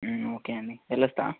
okay అండి వెళ్ళొస్తా